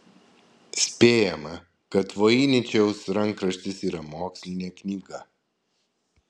spėjama kad voiničiaus rankraštis yra mokslinė knyga